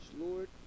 Lord